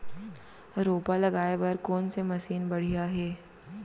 रोपा लगाए बर कोन से मशीन बढ़िया हे?